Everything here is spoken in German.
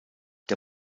der